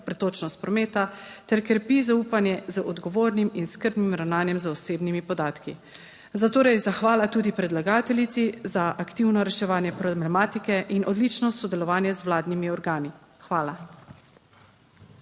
pretočnost prometa ter krepi zaupanje z odgovornim in skrbnim ravnanjem z osebnimi podatki. Zatorej zahvala tudi predlagateljici za aktivno reševanje problematike in odlično sodelovanje z vladnimi organi. Hvala.